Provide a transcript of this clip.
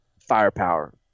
firepower